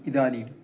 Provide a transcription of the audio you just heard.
इदानीं